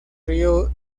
río